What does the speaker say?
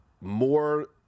More